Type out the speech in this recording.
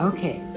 Okay